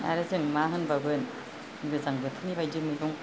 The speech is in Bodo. आरो जों मा होनबावगोन गोजां बोथोरनि बायदि मैगं